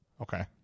Okay